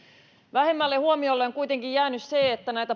vähemmälle huomiolle on on kuitenkin jäänyt se että näitä